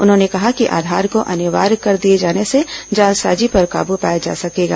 उन्होंने कहा कि आधार को अनिवार्य कर दिए जाने से जालसाजी पर काबू पाया जा सकेगा